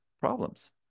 problems